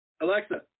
Alexa